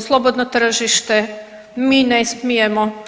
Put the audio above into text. slobodno tržište, mi ne smijemo.